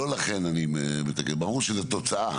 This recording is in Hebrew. לא לכן אני מתקן ברור שזו תוצאה,